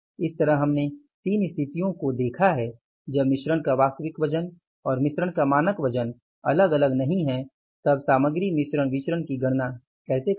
इस तरह हमने 3 स्थितियों को देखा है जब मिश्रण का वास्तविक वजन और मिश्रण का मानक वजन अलग अलग नहीं है तब सामग्री मिश्रण विचरण की गणना कैसे करें